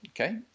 okay